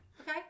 okay